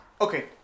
Okay